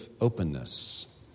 openness